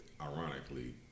ironically